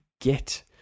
get